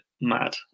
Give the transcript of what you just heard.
mad